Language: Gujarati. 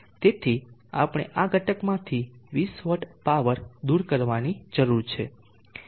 તેથી આપણે આ ઘટકમાંથી 20 W પાવર દૂર કરવાની જરૂર છે